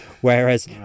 whereas